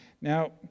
Now